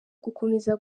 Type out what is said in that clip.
gukomeza